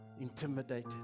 intimidated